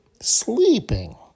Sleeping